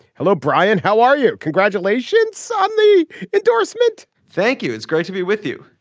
hello brian. how are you congratulations on the endorsement. thank you. it's great to be with you.